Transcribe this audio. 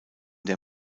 der